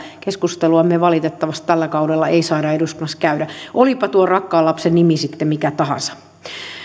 keskustelua me valitettavasti tällä kaudella emme saa eduskunnassa käydä olipa tuon rakkaan lapsen nimi sitten mikä tahansa